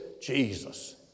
Jesus